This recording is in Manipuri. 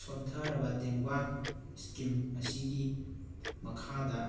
ꯁꯣꯟꯊꯔꯕ ꯇꯦꯡꯕꯥꯡ ꯁ꯭ꯀꯤꯝ ꯑꯁꯤꯒꯤ ꯃꯈꯥꯗ